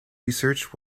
research